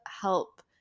help